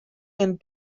and